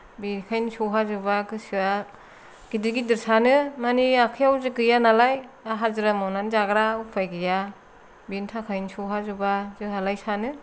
बेखायनो सहाजोबा गोसोआ गिदिर गिदिर सानो माने आखायाव गैया नालाय आरो हाजिरा मावनानै जाग्रा उफाय गैया बेनि थाखायनो सहाजोबा जोंहालाय सानो